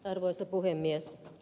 arvoisa puhemies